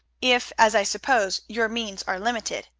if as i suppose, your means are limited.